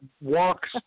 walks